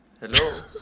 Hello